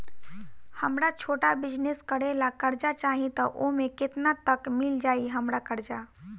हमरा छोटा बिजनेस करे ला कर्जा चाहि त ओमे केतना तक मिल जायी हमरा कर्जा?